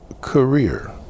career